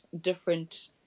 different